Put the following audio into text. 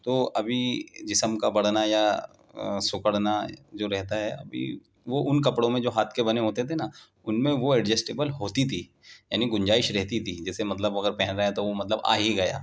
تو ابھی جسم کا بڑھنا یا سکڑنا جو رہتا ہے ابھی وہ ان کپڑوں میں جو ہاتھ کے بنے ہوتے تھے نا ان میں وہ ایڈجسٹیبل ہوتی تھی یعنی گنجائش رہتی تھی جیسے مطلب اگر پہن رہے ہیں تو وہ مطلب آ ہی گیا